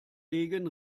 degen